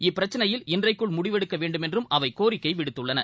இப்பிரச்சினையில் இன்றைக்குள் முடிவெடுக்கவேண்டுமென்றும் அவைகோரிக்கைவிடுத்துள்ளன